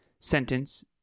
sentence